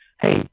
hey